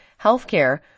healthcare